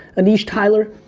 aneesh tyler.